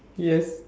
yes